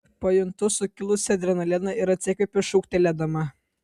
pajuntu sukilusį adrenaliną ir atsikvepiu šūktelėdama